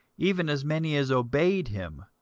even as many as obeyed him,